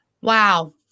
Wow